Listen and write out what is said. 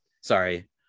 sorry